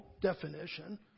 definition